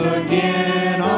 again